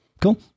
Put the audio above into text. cool